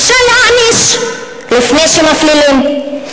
אפשר להעניש לפני שמפלילים,